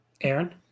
Aaron